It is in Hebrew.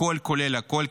הכול כולל הכול,